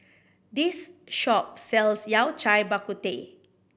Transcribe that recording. this shop sells Yao Cai Bak Kut Teh